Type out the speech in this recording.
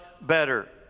better